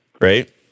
right